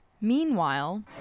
Meanwhile